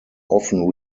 often